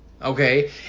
Okay